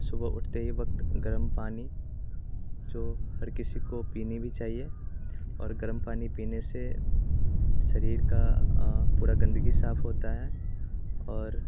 सुबह उठते ही वक़्त गर्म पानी जो हर किसी को पीना भी चाहिए और गर्म पानी पीने से शरीर की पूरी गंदगी साफ़ होती है और